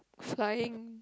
flying